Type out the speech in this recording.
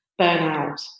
burnout